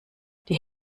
die